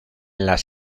las